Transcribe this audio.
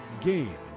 game